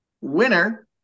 winner